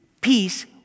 peace